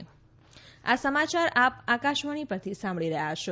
corona સંદેશ આ સમાચાર આપ આકાશવાણી પરથી સાંભળી રહ્યા છો